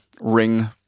ring